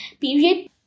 period